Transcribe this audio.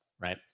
right